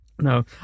No